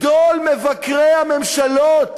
גדול מבקרי הממשלות